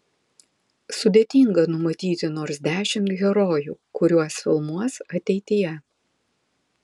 sudėtinga numatyti nors dešimt herojų kuriuos filmuos ateityje